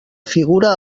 figura